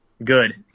Good